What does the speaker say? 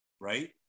right